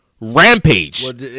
rampage